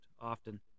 often